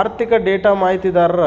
ಆರ್ಥಿಕ ಡೇಟಾ ಮಾಹಿತಿದಾರ್ರ